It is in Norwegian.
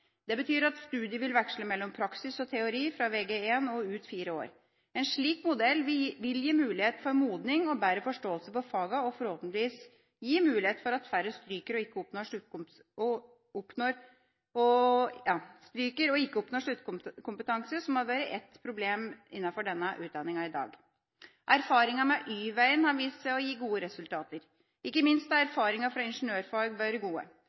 Det betyr at studiet vil veksle mellom praksis og teori fra Vg1 og ut fire år. En slik modell vil gi mulighet for modning og bedre forståelse for fagene og forhåpentligvis gi mulighet for at færre stryker og ikke oppnår sluttkompetanse, som har vært et problem innenfor denne utdanninga i dag. Erfaringene med Y-veien har vist seg å gi gode resultater, ikke minst har erfaringene fra ingeniørfag vært gode.